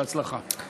בהצלחה.